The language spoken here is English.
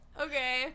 Okay